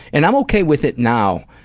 and i'm okay with it now,